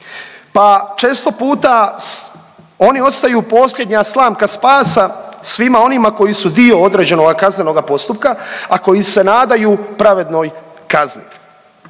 pa često puta oni ostaju posljednja slamka spasa svima onima koji su dio određenoga kaznenoga postupka, a koji se nadaju pravednoj kazni.